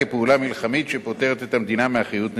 כ"פעולה מלחמתית" שפוטרת את המדינה מאחריות נזיקית.